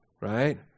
right